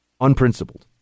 unprincipled